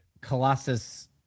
Colossus